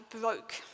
broke